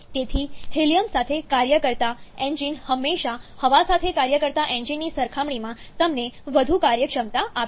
તેથી હિલીયમ સાથે કાર્ય કરતા એન્જિન હંમેશા હવા સાથે કાર્ય કરતા એન્જિનની સરખામણીમાં તમને વધુ કાર્યક્ષમતા આપશે